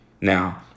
Now